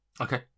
Okay